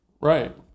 right